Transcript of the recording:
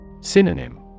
Synonym